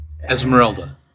esmeralda